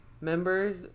Members